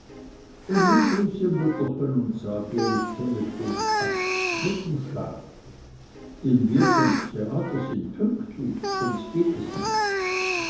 und sag ihr ich käme punkt acht mit m schlag denn wir von s theater sind pünktlich sonst geht es nich